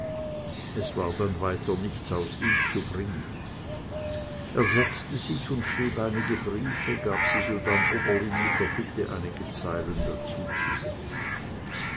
es war dann nichts weiter aus ihm zu bringen er setzte sich und schrieb einige briefe gab sie sodann oberlin mit der bitte einige zeilen